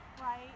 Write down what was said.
Right